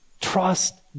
Trust